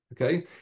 Okay